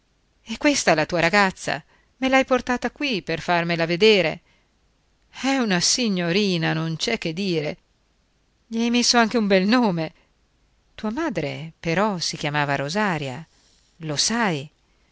è questa la tua ragazza me l'hai portata qui per farmela vedere è una signorina non c'è che dire gli hai messo anche un bel nome tua madre però si chiamava rosaria lo sai